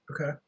Okay